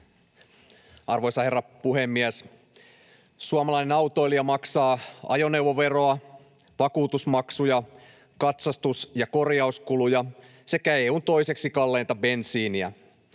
Arvoisa herra puhemies! Suomalainen autoilija maksaa ajoneuvoveroa, vakuutusmaksuja, katsastus‑ ja korjauskuluja sekä EU:n toiseksi kalleinta bensiiniä.